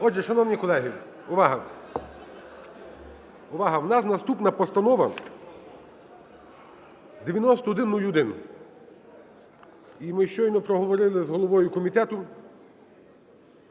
Отже, шановні колеги, увага! Увага! У нас наступна Постанова 9101. І ми щойно проговорили з головою комітету,